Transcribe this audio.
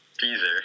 Teaser